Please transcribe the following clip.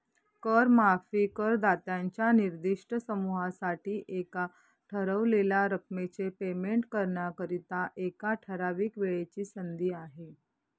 कर माफी करदात्यांच्या निर्दिष्ट समूहासाठी एका ठरवलेल्या रकमेचे पेमेंट करण्याकरिता, एका ठराविक वेळेची संधी आहे